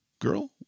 Girl